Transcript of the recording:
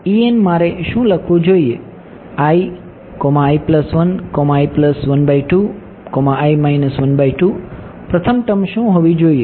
તો મારે શું લખવું જોઈએ પ્રથમ ટર્મ શું હોવી જોઈએ